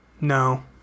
No